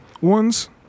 ones